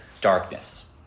darkness